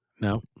no